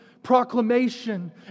Proclamation